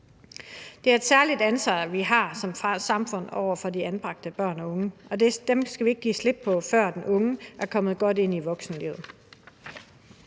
Det er et særligt ansvar, vi har som samfund over for de anbragte børn og unge, og dem skal vi ikke give slip på, før den unge er kommet godt ind i voksenlivet.